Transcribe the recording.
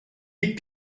est